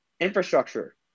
infrastructure